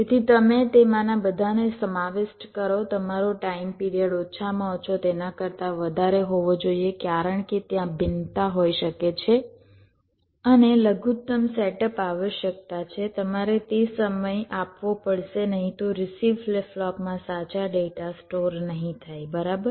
તેથી તમે તેમાંના બધાને સમાવિષ્ટ કરો તમારો ટાઇમ પિરિયડ ઓછામાં ઓછો તેના કરતા વધારે હોવો જોઈએ કારણ કે ત્યાં ભિન્નતા હોઈ શકે છે અને લઘુત્તમ સેટઅપ આવશ્યકતા છે તમારે તે સમય આપવો પડશે નહીં તો રિસીવ ફ્લિપ ફ્લોપમાં સાચા ડેટા સ્ટોર નહીં થાય બરાબર